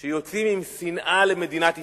שיוצאים עם שנאה למדינת ישראל,